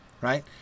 Right